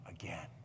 again